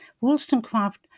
Wollstonecraft